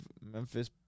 Memphis